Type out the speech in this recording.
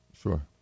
Sure